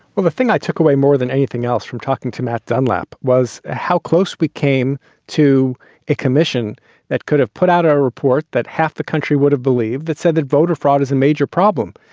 well, the thing i took away more than anything else from talking to matt dunlap was how close we came to a commission that could have put out a report that half the country would have believed that said that voter fraud is a major problem.